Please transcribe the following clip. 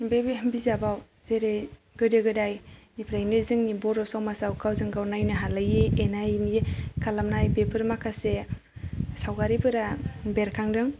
बे बिजाबाव जेरै गोदो गोदायनिफ्रायनो जोंनि बर' समाजाव गावजों गाव नायनो हालायि एना एनि खालामनाय बेफोर माखासे सावगारिफोरा बेरखांदों